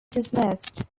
dismissed